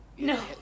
No